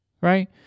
right